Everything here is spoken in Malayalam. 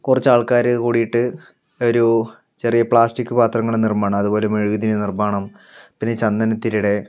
കുറച്ച് ആൾക്കാരെ കൂടിയിട്ട് ഒരു ചെറിയ പ്ലാസ്റ്റിക് പാത്രങ്ങൾ നിർമ്മാണം അതുപോലെ മെഴുകുതിരി നിർമ്മാണം പിന്നെ ചന്ദന തിരിയുടെ